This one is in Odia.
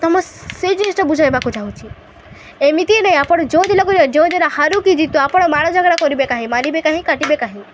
ତ ମୁଁ ସେଇ ଜିନିଷ୍ଟା ବୁଝାଇବାକୁ ଚାହୁଁଛି ଏମିତି ନାହିଁ ଆପଣ ଯେଉଁ ଦଲ ଯେଉଁ ଦଲ ହାରୁ କିି ଜିତୁ ଆପଣ ମାଡ଼ଝଗଡ଼ା କରିବେ କାହିଁ ମାରିବେ କାହିଁ କାଟିବେ କାହିଁ